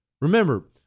Remember